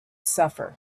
suffer